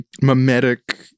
mimetic